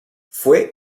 fue